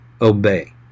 obey